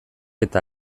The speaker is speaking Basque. eta